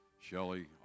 Shelly